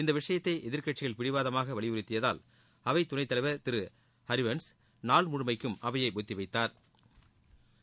இந்த விஷயத்தை எதிர்க்கட்சிகள் பிடிவாதமாக வலியுறுத்தியதால் அவை துணைத்தலைவர் திரு ஹரிவன்ஸ் நாள் முழுமைக்கும் அவையை ஒத்திவைத்தாா்